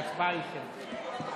ההצבעה היא שמית.